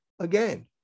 again